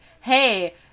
hey